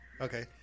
okay